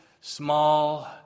small